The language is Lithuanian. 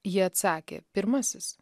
jie atsakė pirmasis